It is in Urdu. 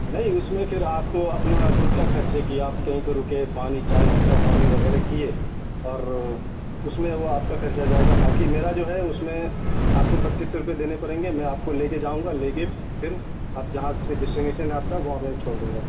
نہیں اس میں پھر آپ کو اپنا خود کا خرچ ہے کہ کہیں پہ رکے پانی چائے ناشتہ پانی وغیرہ کیے اور اس میں وہ آپ کا خرچہ جائے گا باقی میرا جو ہے اس میں آپ کو پچیس سو روپئے دینے پڑیں گے میں آپ کو لے کے جاؤں گا لے کے پھر آپ جہاں سے ڈسٹنیشن ہے آپ کا وہاں میں چھوڑ دوں گا